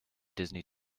disney